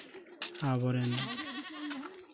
ᱟᱵᱚᱨᱮᱱ